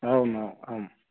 आम् आम् आम्